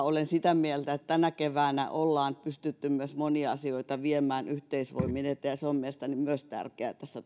olen sitä mieltä että tänä keväänä ollaan pystytty monia asioita myös yhteisvoimin viemään eteenpäin ja se on mielestäni tärkeää tässä